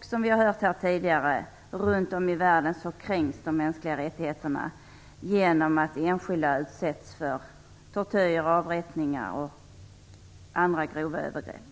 Som vi har hört här tidigare kränks de mänskliga rättigheterna runt om i världen genom att enskilda utsätts för tortyr, avrättningar och andra grova övergrepp.